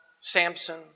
Samson